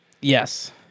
Yes